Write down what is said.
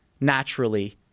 naturally